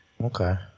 Okay